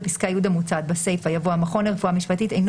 בפסקה (י) המוצעת בסיפה יבוא "המכון לרפואה משפטית אינו